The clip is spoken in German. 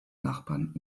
nachbarn